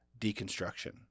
deconstruction